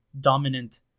dominant